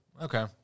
Okay